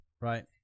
right